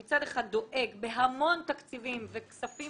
הוא מצד אחד דואג בהמון תקציבים וכספים